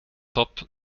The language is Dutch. top